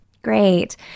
Great